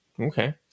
okay